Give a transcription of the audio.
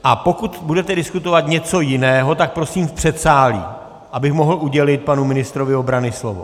A pokud budete diskutovat něco jiného, tak prosím v předsálí, abych mohl udělit panu ministrovi obrany slovo.